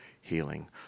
healing